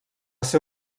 ser